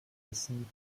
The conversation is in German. wissen